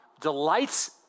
delights